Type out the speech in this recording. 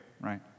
right